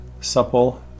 supple